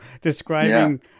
describing